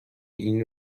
این